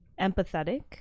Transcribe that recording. empathetic